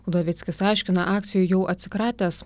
udovickis aiškina akcijų jau atsikratęs